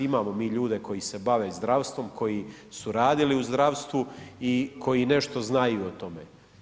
Imamo mi ljude koji se bave zdravstvom, koji su radili u zdravstvu i koji nešto znaju o tome.